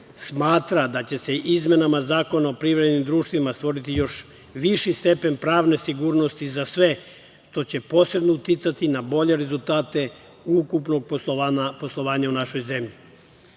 smatra da će se izmenama Zakona o privrednim društvima stvoriti još viši stepen pravne sigurnosti za sve, što će posebno uticati na bolje rezultate u ukupnom poslovanju u našoj zemlji. Takođe,